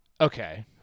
Okay